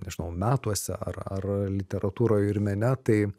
nežinau metuose ar ar literatūroj ir mene tai